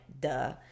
Duh